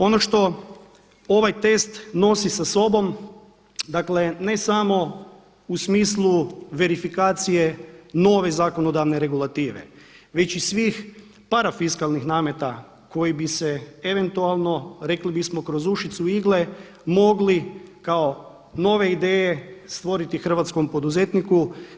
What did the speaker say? Ono što ovaj test nosi sa sobom, dakle ne samo u smislu verifikacije nove zakonodavne regulative već i svih parafiskalnih nameta kojih bi se eventualno rekli bismo kroz ušicu igle mogli kao nove ideje stvoriti hrvatskom poduzetniku.